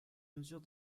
mesure